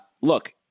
Look